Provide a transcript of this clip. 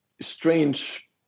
strange